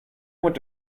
went